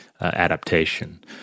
adaptation